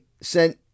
sent